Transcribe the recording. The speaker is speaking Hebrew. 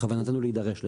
בכוונתנו להידרש לזה.